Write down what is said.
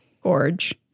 Gorge